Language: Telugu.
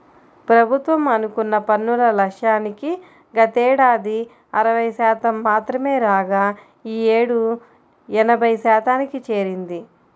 ప్రభుత్వం అనుకున్న పన్నుల లక్ష్యానికి గతేడాది అరవై శాతం మాత్రమే రాగా ఈ యేడు ఎనభై శాతానికి చేరింది